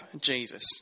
jesus